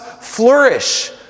flourish